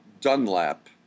Dunlap